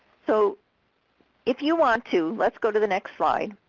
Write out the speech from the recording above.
so if you want to, let's go to the next slide.